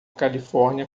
califórnia